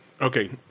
okay